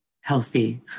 healthy